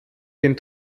den